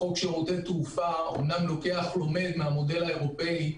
שירותי תעופה, אמנם לומד מהמודל האירופי.